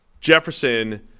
Jefferson